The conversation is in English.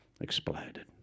exploded